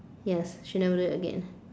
yes she never do it again